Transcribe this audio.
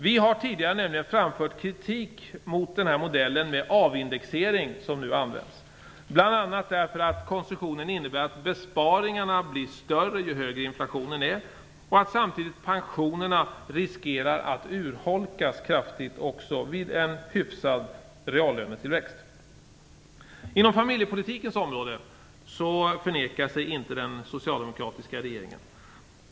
Vi har tidigare framfört kritik mot den modell med avindexering som nu används. Det har vi bl.a. gjort därför att konstruktionen innebär att besparingarna blir större ju högre inflationen är. Samtidigt riskerar pensionerna att kraftigt urholkas också vid en hyfsad reallönetillväxt. Inom familjepolitikens område förnekar sig inte den socialdemokratiska regeringen.